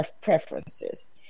preferences